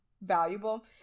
valuable